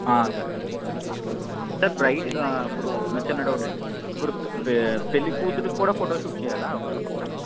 సరే సార్ సరే sir sir bride ఇప్పుడు నాకు ఒక చిన్న డౌట్ అండి ఇప్పుడు పె పెళ్ళి కూతురికి కూడా ఫోటో షూట్ చేయాలా అవతలపక్క